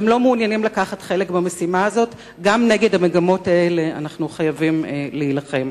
גם נגד המגמות האלה אנחנו חייבים להיאבק.